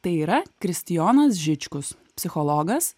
tai yra kristijonas žičkus psichologas